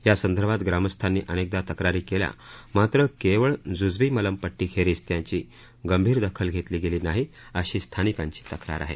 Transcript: यासंदर्भात ग्रामस्थांनी अनेकदा तक्रारी केल्या मात्र केवळ ज्जबी मलमपट्टीखेरीज त्याची गंभीर दखल घेतली गेली नाही अशी स्थानिकांची तक़ार आहे